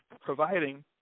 providing